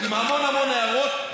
עם המון המון הערות,